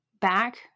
back